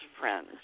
friends